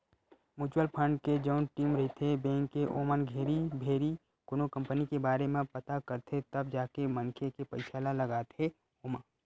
mutual fund के जउन team रहिथे बेंक के ओमन घेरी भेरी कोनो कंपनी के बारे म पता करथे तब जाके मनखे के पइसा ल लगाथे ओमा